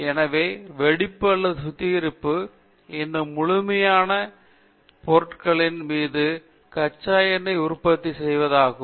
எனவே வெடிப்பு அல்லது சுத்திகரிப்பு அந்த முழுமையான பொருட்களின் மீது கச்சா எண்ணை உற்பத்தி செய்வதாகும்